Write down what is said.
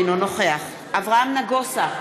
אינו נוכח אברהם נגוסה,